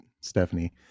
Stephanie